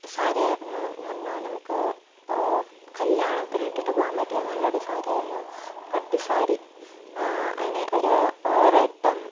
സാരിയായിരുന്നു എന്ന് പറഞ്ഞാൽ നമുക്ക് കല്യാണത്തിന് ഇട്ടിട്ടു പോകാൻ പറ്റിയ നല്ലൊരു സാരി ആയിരുന്നു പട്ടുസാരി അതിന് ഒരു റെഡ്ഡൂം